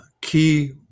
key